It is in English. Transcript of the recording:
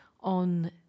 on